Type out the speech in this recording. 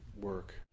work